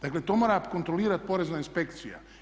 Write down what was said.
Dakle, to mora kontrolirati Porezna inspekcija.